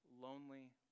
lonely